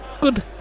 good